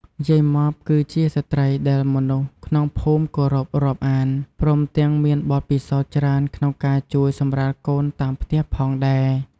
យាយម៉បគឺជាស្ត្រីដែលមនុស្សក្នុងភូមិគោរពរាប់អាន ព្រមទាំងមានបទពិសោធន៍ច្រើនក្នុងការជួយសម្រាលកូនតាមផ្ទះផងដែរ។